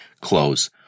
close